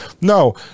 No